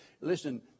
listen